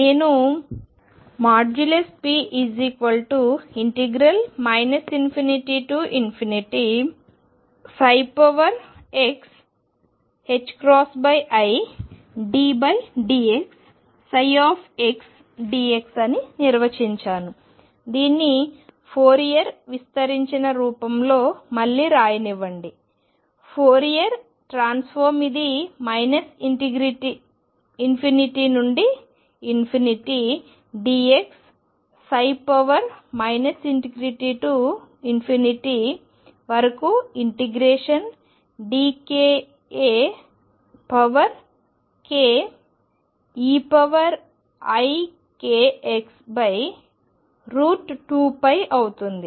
నేను ⟨p⟩ ∞ xiddx ψdx అని నిర్వచించాను దీన్ని ఫోరియర్ విస్తరించిన రూపంలో మళ్లీ రాయనివ్వండి ఫోరియర్ ట్రాన్స్ఫార్మ్ ఇది ∞ నుండి dx ∞ నుండి వరకు ఇంటిగ్రేషన్ dkAke ikx 2π అవుతుంది